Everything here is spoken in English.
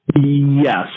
Yes